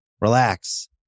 relax